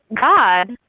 God